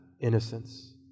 innocence